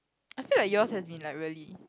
I feel like yours have been like really